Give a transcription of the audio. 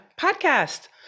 podcast